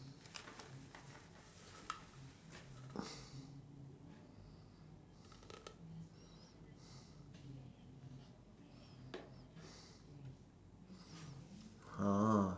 ah